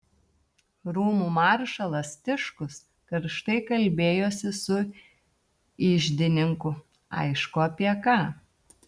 rūmų maršalas tiškus karštai kalbėjosi su iždininku aišku apie ką